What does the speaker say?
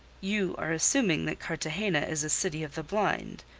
you are assuming that cartagena is a city of the blind,